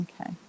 okay